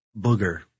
booger